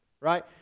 right